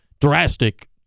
drastic